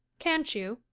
can't you?